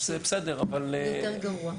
יותר גרוע.